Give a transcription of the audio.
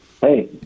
hey